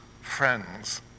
friends